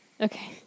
Okay